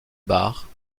bars